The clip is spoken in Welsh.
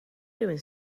rywun